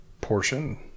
portion